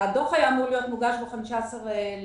הדוח היה אמור להיות מוגש ב-15 במרץ,